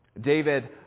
David